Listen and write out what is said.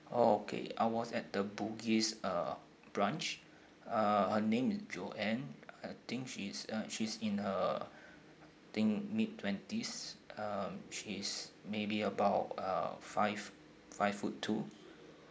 okay I was at the bugis uh branch uh her name is joanne I think she's uh she's in her think mid twenties um she's maybe about uh five five foot two